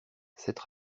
cette